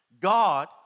God